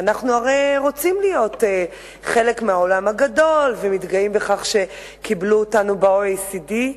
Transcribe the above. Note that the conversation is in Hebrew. והרי אנחנו רוצים להיות חלק מהעולם הגדול ומתגאים שקיבלו אותנו ל-OECD.